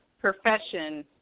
profession